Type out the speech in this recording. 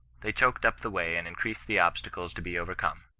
they choked up the way and increased the obstacles to be overcome.